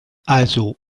also